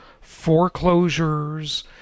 foreclosures